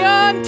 on